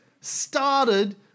started